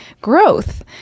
growth